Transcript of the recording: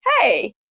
hey